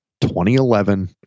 2011